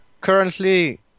currently